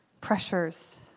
pressures